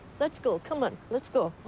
let's go. come on. let's go.